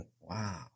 Wow